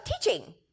teaching